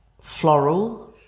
floral